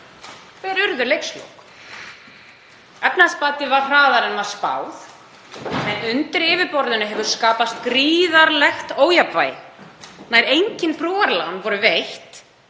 Hver urðu leikslok? Efnahagsbatinn varð hraðari en spáð var en undir yfirborðinu hefur skapast gríðarlegt ójafnvægi. Nær engin brúarlán voru veitt